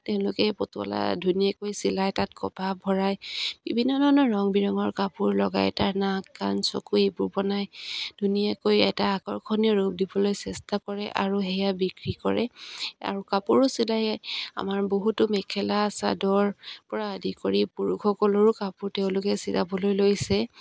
তেওঁলোকে পুতলা ধুনীয়াকৈ চিলাই তাত কপাহ ভৰাই বিভিন্ন ধৰণৰ ৰং বিৰঙৰ কাপোৰ লগাই তাৰ নাক কান চকু এইবোৰ বনাই ধুনীয়াকৈ এটা আকৰ্ষণীয় ৰূপ দিবলৈ চেষ্টা কৰে আৰু সেয়া বিক্ৰী কৰে আৰু কাপোৰো চিলাই আমাৰ বহুতো মেখেলা চাদৰৰ পৰা আদি কৰি পুৰুষসকলৰো কাপোৰ তেওঁলোকে চিলাবলৈ লৈছে